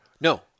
No